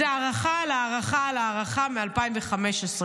זו הארכה על הארכה על הארכה מ-2015.